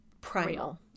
primal